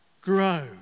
grow